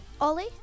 Ollie